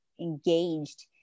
engaged